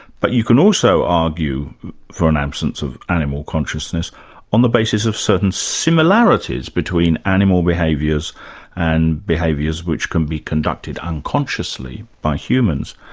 but you can also argue for an absence of animal consciousness on the basis of certain similarities between animal behaviours and behaviours which can be conducted unconsciously by humans.